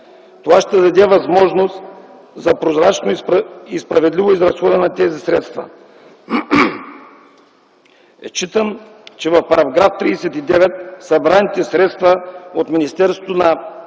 Това ще даде възможност за прозрачно и справедливо изразходване на тези средства. Считам, че в § 39 събраните средства от Министерството на